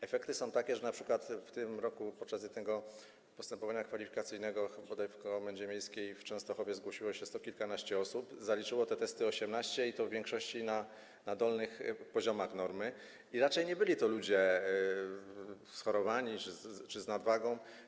Efekty są takie, że np. w tym roku podczas jednego postępowania kwalifikacyjnego, bodaj w komendzie miejskiej w Częstochowie, zgłosiło się sto kilkanaście osób, a zaliczyło te testy 18 osób i to w większości w dolnych granicach normy, i raczej nie byli to ludzie schorowani czy z nadwagą.